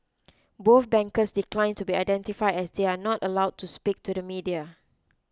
both bankers declined to be identified as they are not allowed to speak to the media